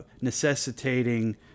necessitating